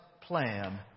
plan